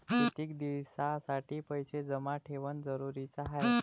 कितीक दिसासाठी पैसे जमा ठेवणं जरुरीच हाय?